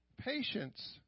patience